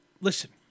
Listen